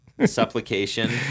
supplication